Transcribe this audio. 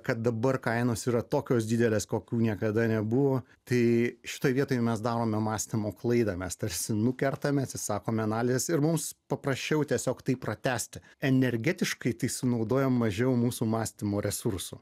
kad dabar kainos yra tokios didelės kokių niekada nebuvo tai šitoje vietoje mes darome mąstymo klaidą mes tarsi nukertame atsisakome analizės ir mums paprasčiau tiesiog taip pratęsti energetiškai tai sunaudoja mažiau mūsų mąstymo resursų